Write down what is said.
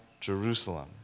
Jerusalem